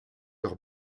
leur